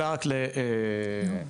תודה.